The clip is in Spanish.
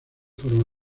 forma